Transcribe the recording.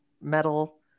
metal